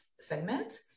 segment